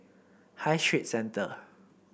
High Street Centre